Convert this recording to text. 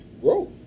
growth